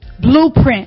blueprint